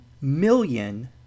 million